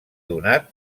donat